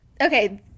Okay